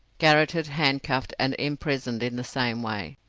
garrotted, handcuffed, and imprisoned in the same way.